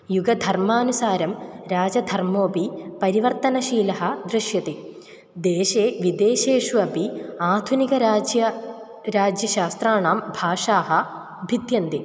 युगधर्मानुसारं राजधर्मोपि परिवर्तनशीलः दृश्यते देशे विदेशेषु अपि आधुनिकराज्यं राज्यशास्त्राणां भाषाः भिद्यन्ते